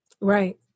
Right